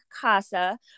Casa